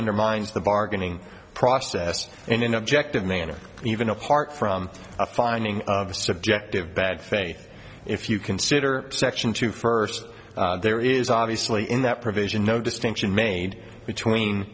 undermines the bargaining process in an objective manner even apart from finding the subject of bad faith if you consider section two first there is obviously in that provision no distinction made between